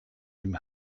dem